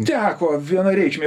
teko vienareikšmiai